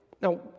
now